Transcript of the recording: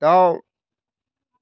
दाउ